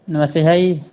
नमस्ते Shah जी